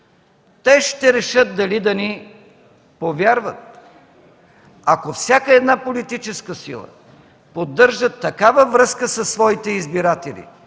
те ще решат дали да ни повярват. Ако всяка една политическа сила поддържа такава връзка със своите избиратели,